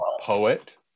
poet